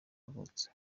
yavutse